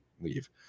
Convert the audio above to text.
leave